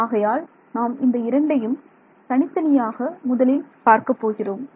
ஆகையால் நாம் இந்த இரண்டையும் தனித்தனியாக முதலில் பார்க்கப் போகிறோம்